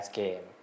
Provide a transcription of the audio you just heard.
game